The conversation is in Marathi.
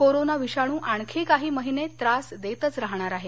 कोरोना विषाणू आणखी काही महिने त्रास देतच राहणार आहे